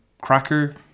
cracker